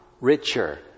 richer